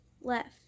left